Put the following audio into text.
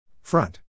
Front